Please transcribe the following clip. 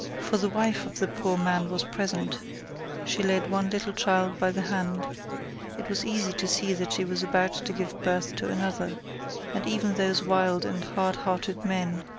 for the wife of the poor man was present she led one little child by the hand it was easy to see that she was about to give birth to another and even those wild and hardhearted men,